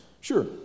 Sure